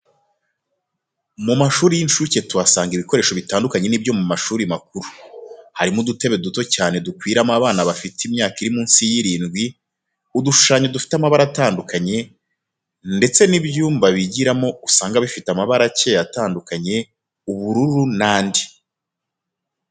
Mu ma shuri y'inshuke tuhasanga ibikoresho bitandukanye nibyo mu ma shuri makuru, harimo udutebe duto cyane dukwirwamo abana bafite imyaka iri munsi y'irindwi, udushushanyo dufite amabara atandukanye, ndetse n'ibyumba bigiramo usanga bifite amabara acyeye atandukanye, ubururu n'andi.